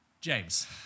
James